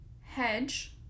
hedge